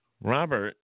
Robert